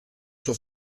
sua